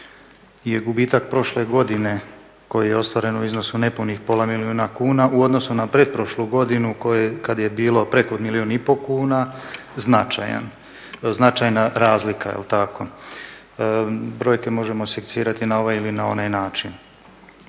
da je gubitak prošle godine koji je ostvaren u iznosu nepunih pola milijuna kuna u odnosu na pretprošlu godinu kad je bilo preko milijun i pol kuna značajan, značajna razlika. Jel' tako? Brojke možemo secirati na ovaj ili na onaj način.